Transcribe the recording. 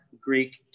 Greek